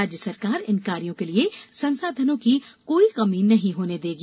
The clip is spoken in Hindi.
राज्य सरकार इन कार्यों के लिए संसाधनों की कोई कमी नहीं होने देगी